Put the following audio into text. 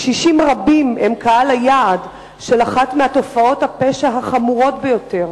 קשישים רבים הם קהל היעד של אחת מתופעות הפשע החמורות ביותר: